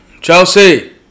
Chelsea